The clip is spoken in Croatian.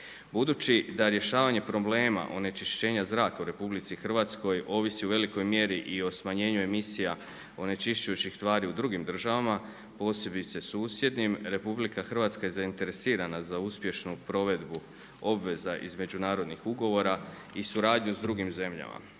Budući da rješavanje problema onečišćenja zraka u RH ovisi u velikoj mjeri i o smanjenju emisija onečišćujućih tvari u drugim državama, posebice susjednim, RH je zainteresirana za uspješnu provedbu obveza iz međunarodnih ugovora i suradnju s drugim zemljama.